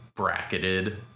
bracketed